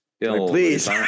Please